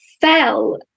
fell